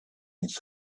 his